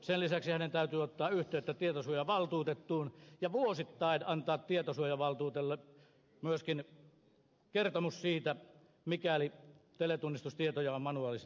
sen lisäksi hänen täytyy ottaa yhteyttä tietosuojavaltuutettuun ja vuosittain antaa tietosuojavaltuutetulle myöskin kertomus siitä mikäli teletunnistustietoja on manuaalisesti käsitelty